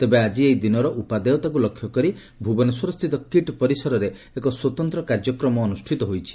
ତେବେ ଆକି ଏହି ଦିନର ଉପାଦେୟତାକୁ ଲକ୍ଷ୍ୟ କରି ଭୁବନେଶ୍ୱରସ୍ଥିତ କିଟ୍ ପରିସରରେ ଏକ ସ୍ୱତନ୍ତ କାର୍ଯ୍ୟକ୍ରମ ଅନୁଷିତ ହେଉଛି